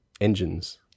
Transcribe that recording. engines